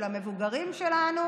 של המבוגרים שלנו.